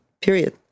period